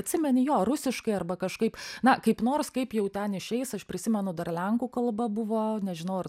atsimeni jo rusiškai arba kažkaip na kaip nors kaip jau ten išeis aš prisimenu dar lenkų kalba buvo nežinau ar